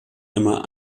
immer